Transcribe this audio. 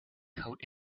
coat